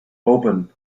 open